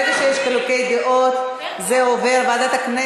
ברגע שיש חילוקי דעות, זה עובר לשם.